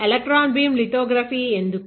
electron beam lithography ఎందుకు